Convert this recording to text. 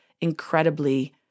incredibly